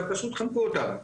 ופשוט חנקו אותנו.